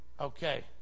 Okay